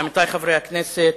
עמיתי חברי הכנסת,